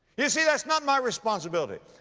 you see that's not my responsibility.